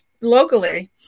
locally